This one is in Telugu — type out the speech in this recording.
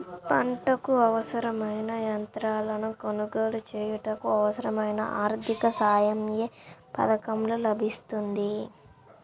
పంటకు అవసరమైన యంత్రాలను కొనగోలు చేయుటకు, అవసరమైన ఆర్థిక సాయం యే పథకంలో లభిస్తుంది?